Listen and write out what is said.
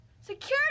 Security